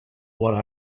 what